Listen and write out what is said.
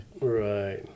right